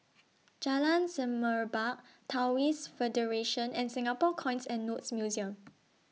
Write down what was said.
Jalan Semerbak Taoist Federation and Singapore Coins and Notes Museum